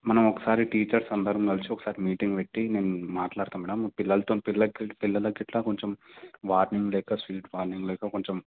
మనం ఒకసారి టీచర్స్ అందరం కలిసి ఒకసారి మీటింగ్ పెట్టి నేను మాట్లాడతా మేడమ్ పిల్లలతోని పిల్లకి పిల్లలకి ఇట్ల కొంచెం వార్నింగ్ లేక స్వీట్ వార్నింగ్ లేక కొంచెం